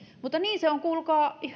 mutta niin se on kuulkaa